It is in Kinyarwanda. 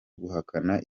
guhakana